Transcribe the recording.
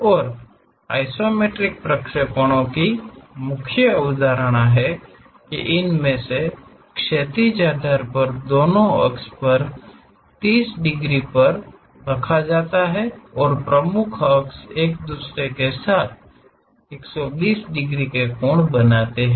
और आइसोमेट्रिक प्रक्षेपणों की मुख्य अवधारणा है की इनमें से क्षैतिज आधार पर दोनोंअक्षो पर 30 डिग्री पर होगा और प्रमुख अक्ष एक दूसरे के साथ 120 डिग्री कोण बनाते हैं